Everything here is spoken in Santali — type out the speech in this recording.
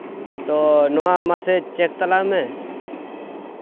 ᱛᱚ ᱱᱚᱣᱟ ᱢᱟᱥᱮ ᱪᱮᱠ ᱛᱟᱞᱟᱝ ᱢᱮ